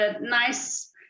nice